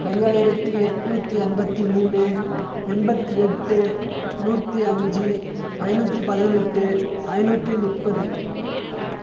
ஐயாயிரத்தி எட்நூற்றி எண்பத்தி மூணு எண்பத்தி எட்டு நூற்றி அஞ்சு ஐநூற்றி பதினெட்டு ஐநூற்றி முப்பது